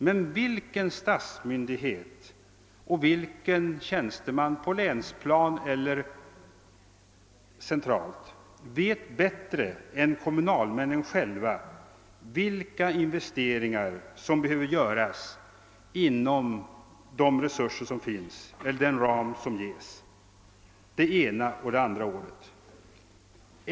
Men vilken statsmyndighet och vilken tjänsteman på länsplanet eller centralt vet bättre än kommunalmännen själva vilka investeringar som behöver göras inom de resurser som finns eller den ram som ges det ena eller andra året?